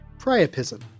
priapism